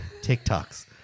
TikToks